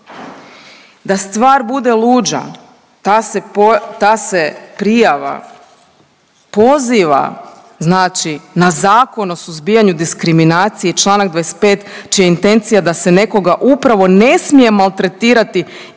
Da stvar bude luđa, ta se prijava poziva znači na Zakon o suzbijanju diskriminacije, čl. 25 čija je intencija da se nekoga upravo ne smije maltretirati ili